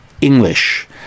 english